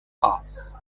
spas